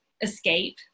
escape